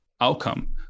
outcome